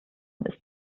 ist